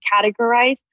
categorized